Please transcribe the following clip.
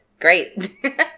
great